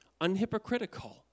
unhypocritical